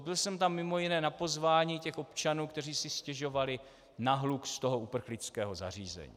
Byl jsem tam mimo jiné na pozvání občanů, kteří si stěžovali na hluk z uprchlického zařízení.